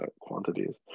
quantities